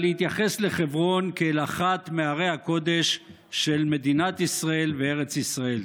להתייחס לחברון כאל אחת מערי הקודש של מדינת ישראל בארץ ישראל.